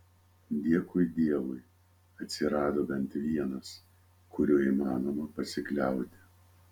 dėkui dievui atsirado bent vienas kuriuo įmanoma pasikliauti